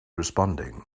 responding